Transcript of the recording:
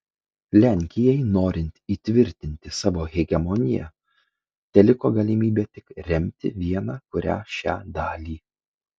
lenkijai norint įtvirtinti savo hegemoniją teliko galimybė tik remti vieną kurią šią dalį